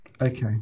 Okay